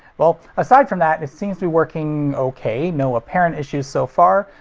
well, aside from that, it seems to be working. ok, no apparent issues so far.